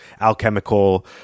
alchemical